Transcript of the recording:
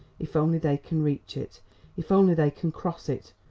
if only they can reach it if only they can cross it!